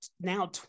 now